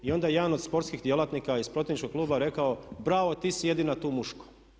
I onda jedan od sportskih djelatnika iz protivničkog kluba je rekao bravo ti si jedina tu muško.